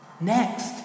Next